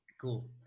Cool